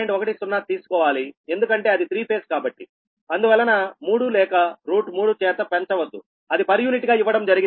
10 తీసుకోవాలి ఎందుకంటే అది త్రీ ఫేజ్ కాబట్టి అందువలన 3 లేక 3 చేత పెంచ వద్దు అది పవర్ యూనిట్ గా ఇవ్వడం జరిగింది